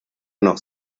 noch